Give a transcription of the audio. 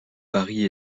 paris